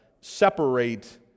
separate